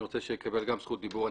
אני רוצה שיקבל גם זכות דיבור.